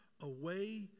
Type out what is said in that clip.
away